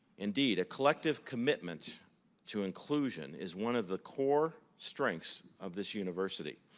indeed, a collective commitment to inclusion is one of the core strengths of this university.